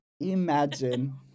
Imagine